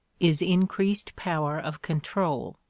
is increased power of control.